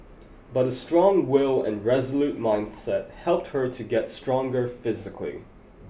but a strong will and resolute mindset helped her to get stronger physically